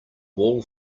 wall